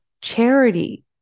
charity